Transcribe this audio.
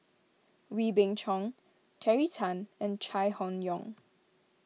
Wee Beng Chong Terry Tan and Chai Hon Yoong